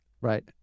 Right